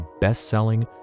best-selling